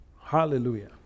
Hallelujah